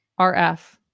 RF